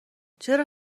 چرا